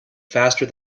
faster